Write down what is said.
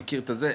אני מכיר את זה,